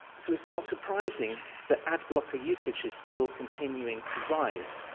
so it's not surprising that ad-blocker usage is still continuing to rise.